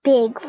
Big